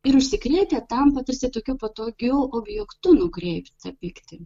ir užsikrėtę tampa tarsi tokiu patogiu objektu nukreipt tą pyktį